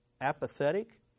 apathetic